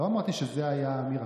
לא אמרתי שזאת הייתה האמירה,